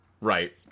Right